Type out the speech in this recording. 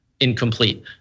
incomplete